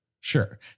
Sure